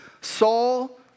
Saul